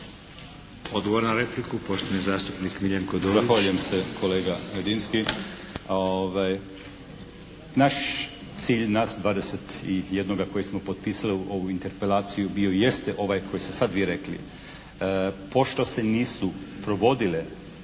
Odgovor na repliku poštovani zastupnik Miljenko Dorić.